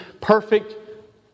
perfect